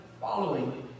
following